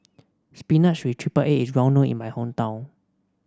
spinach with triple egg is well known in my hometown